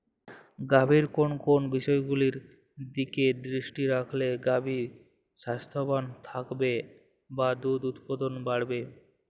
গাভীর কোন কোন বিষয়গুলোর দিকে দৃষ্টি রাখলে গাভী স্বাস্থ্যবান থাকবে বা দুধ উৎপাদন বাড়বে?